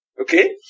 Okay